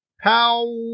pow